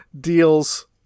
deals